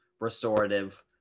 restorative